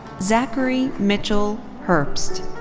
zachary mitchell herbst.